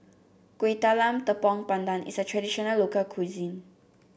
Kueh Talam Tepong Pandan is a traditional local cuisine